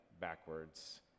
backwards